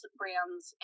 brands